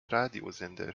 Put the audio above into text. radiosender